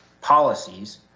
policies